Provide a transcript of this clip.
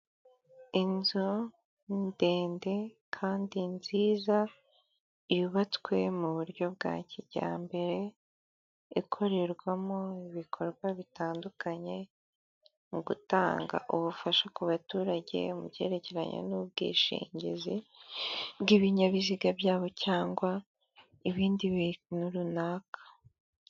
Inzu ndende kandi nziza yubatswe mu buryo bwa kijyambere ikorerwamo ibikorwa bitandukanye mu gutanga ubufasha ku baturage mu byerekeranye n'ubwishingizi bw'ibinyabiziga byabo cyangwa ibindi bintu runaka.